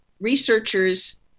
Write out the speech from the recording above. researchers